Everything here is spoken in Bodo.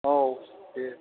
औ दे